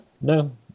no